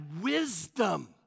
wisdom